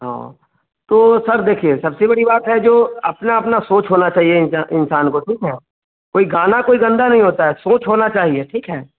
हाँ तो सर देखिए सबसे बड़ी बात है जो अपना अपना सोच होना चाहिए इंसा इंसान को ठीक है कोई गाना कोई गंदा नहीं होता है सोच होना चाहिए ठीक है